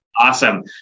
Awesome